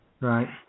Right